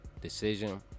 Decision